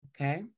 Okay